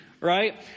right